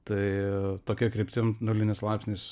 tai tokia kryptim nulinis laipsnis